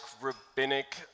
rabbinic